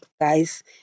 guys